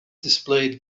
displayed